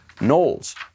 Knowles